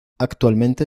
actualmente